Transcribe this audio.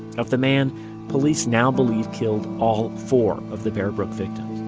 of the man police now believe killed all four of the bear brook victims